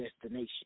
destination